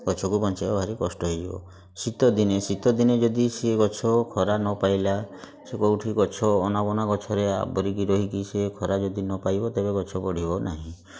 ଗଛକୁ ବଞ୍ଚାଇବା ଭାରି କଷ୍ଟ ହେଇଯିବ ଶୀତ ଦିନେ ଶୀତ ଦିନେ ଯଦି ସେ ଗଛ ଖରା ନପାଇଲା ସେ କେଉଁଠି ଗଛ ଅନାବନା ଗଛରେ ଆବୋରିକି ରହିକି ସିଏ ଖରା ଯଦି ନପାଇବ ତେବେ ଗଛ ବଢ଼ିବ ନାହିଁ